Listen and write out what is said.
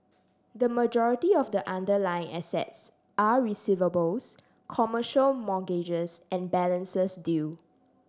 the majority of the underlying assets are receivables commercial mortgages and balances due